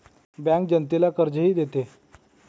bank जनतेला कर्जही देते